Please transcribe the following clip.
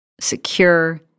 secure